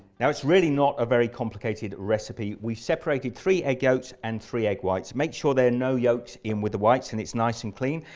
now it's really not a very complicated recipe we separated three egg yolks and three egg whites make sure there are no yolks in with the whites and it's nice and clean.